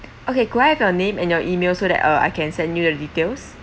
okay could I have your name and your emails so that uh I can send you the details